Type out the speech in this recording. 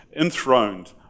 enthroned